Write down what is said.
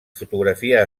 fotografia